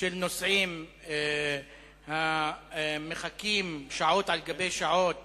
של נוסעים המחכים שעות על גבי שעות